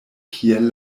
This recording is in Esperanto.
kiel